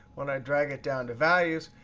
when i drag it down to values,